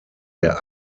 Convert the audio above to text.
der